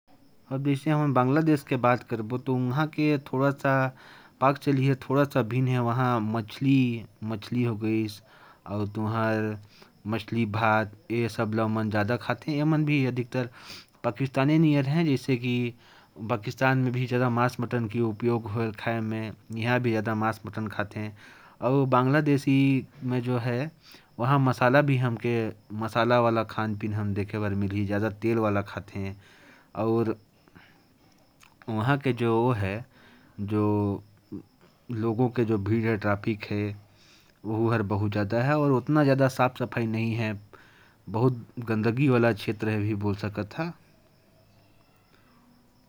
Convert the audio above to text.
जैसे बांग्लादेश की बात करूँ, तो वहां की पाक शैली थोड़ा अलग है। बांग्लादेश में मछली खाना ज्यादा पसंद करते हैं। यहां भी लोग ज्यादा मांस खाते हैं और मसालेदार खाना खाना पसंद करते हैं। लेकिन वहां साफ-सफाई की स्थिति ठीक नहीं है, और लोग भीड़ में ज्यादा होते हैं।